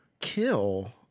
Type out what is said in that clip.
kill